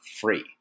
free